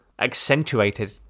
Accentuated